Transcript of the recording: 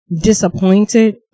disappointed